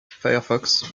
firefox